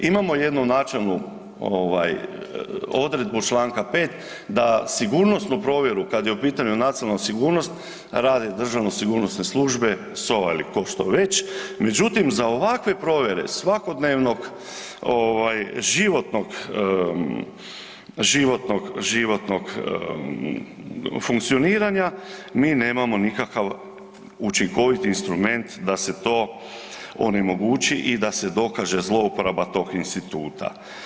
Imamo jednu načelnu ovaj odredbu Članka 5. da sigurnosnu provjeru kad je u pitanju nacionalna sigurnost rade državno sigurnosne službe SOA ili ko što već, međutim za ovakve provjere svakodnevnog ovaj životnog, životnog, životnog funkcioniranja mi nemamo nikakav učinkoviti instrument da se to onemogući i da se dokaže zlouporaba tog instituta.